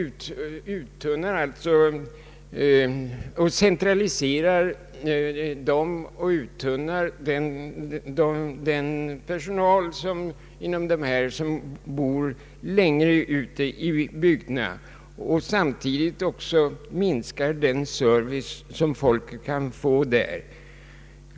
Man centraliserar dem och uttunnar den personal som bor längre ut i bygderna. Samtidigt minskar man också den service som folk kan få där.